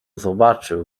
zobaczył